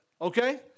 Okay